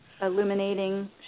illuminating